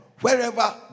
wherever